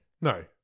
No